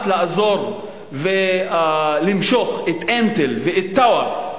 לעזור ולמשוך את "אינטל" ואת "טאואר".